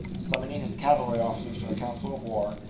summoning his cavalry officers to a council of war,